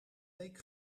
week